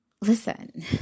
listen